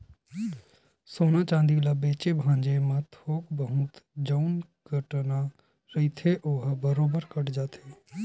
सोना चांदी ल बेंचे भांजे म थोक बहुत जउन कटना रहिथे ओहा बरोबर कट जाही